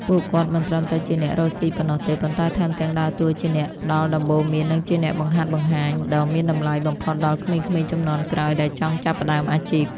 ពួកគាត់មិនត្រឹមតែជាអ្នករកស៊ីប៉ុណ្ណោះទេ ប៉ុន្តែថែមទាំងដើរតួជាអ្នកផ្ដល់ដំបូន្មាន និងជាអ្នកបង្ហាត់បង្ហាញ ដ៏មានតម្លៃបំផុតដល់ក្មេងៗជំនាន់ក្រោយដែលចង់ចាប់ផ្ដើមអាជីព។